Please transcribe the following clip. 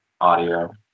audio